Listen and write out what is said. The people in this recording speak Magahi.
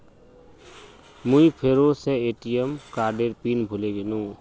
मुई फेरो से ए.टी.एम कार्डेर पिन भूले गेनू